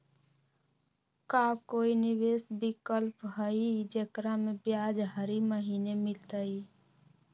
का कोई निवेस विकल्प हई, जेकरा में ब्याज हरी महीने मिलतई?